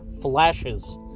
flashes